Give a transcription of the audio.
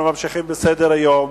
אנחנו ממשיכים בסדר-היום.